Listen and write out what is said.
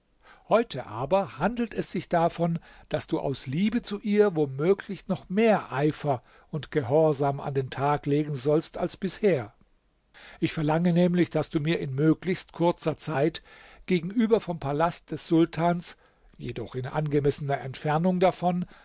heute aber handelt es sich davon daß du aus liebe zu ihr wo möglich noch mehr eifer und gehorsam an den tag legen sollst als bisher ich verlange nämlich daß du mir in möglichst kurzer zeit gegenüber vom palast des sultans jedoch in angemessener entfernung davon